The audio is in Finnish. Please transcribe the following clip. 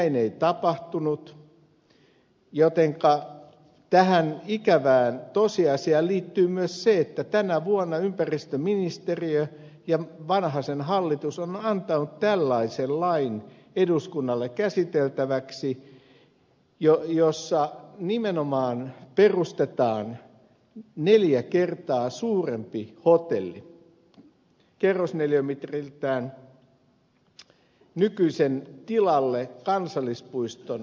näin ei tapahtunut jotenka tähän ikävään tosiasiaan liittyy myös se että tänä vuonna ympäristöministeriö ja vanhasen hallitus on antanut tällaisen lain eduskunnalle käsiteltäväksi jossa nimenomaan perustetaan kerrosneliömetreiltään neljä kertaa suurempi hotelli nykyisen tilalle kansallispuiston alueelle